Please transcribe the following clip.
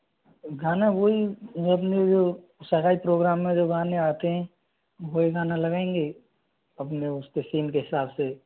गाना वो ही वो अपने जो सगाई प्रोग्राम में जो गाने आते हैं वो ही गाना लगाएंगे अपने उसके सीन के हिसाब से